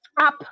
up